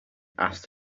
asked